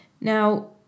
Now